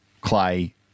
clay